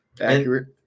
accurate